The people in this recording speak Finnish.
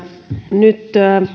nyt